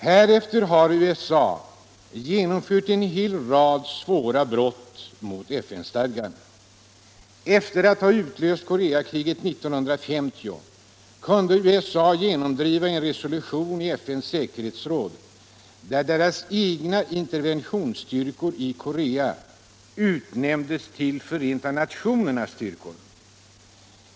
Härefter har USA genomfört en hel rad svåra brott mot FN-stadgan. Efter att ha utlöst Koreakriget 1950 kunde USA genomdriva en resolution i FN:s säkerhetsråd där deras egna interventionsstyrkor i Korea utnämndes till ” Förenta nationernas styrkor”.